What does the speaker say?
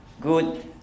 good